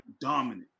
dominant